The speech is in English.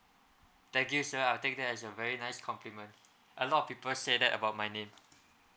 thank you sir I think that's a very nice compliment a lot of people say that about my name